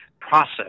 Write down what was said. process